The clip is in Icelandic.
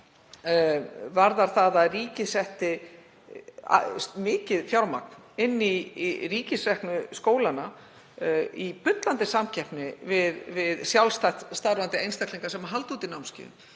varðar það að ríkið setti mikið fjármagn í ríkisreknu skólana í bullandi samkeppni við sjálfstætt starfandi einstaklinga sem halda úti námskeiðum,